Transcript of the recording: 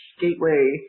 gateway